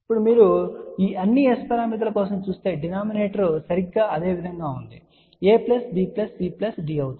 ఇప్పుడు మీరు ఈ అన్ని S పారామితుల కోసం చూస్తేడినామినేటర్ సరిగ్గా అదే విధంగా ఉంది a b c d అవుతుంది